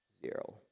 Zero